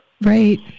Right